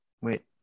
wait